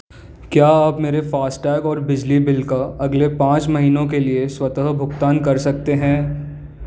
क्या आप मेरे फास्टैग और बिजली बिल का अगले पाँच महीनों के लिए स्वतः भुगतान कर सकते हैं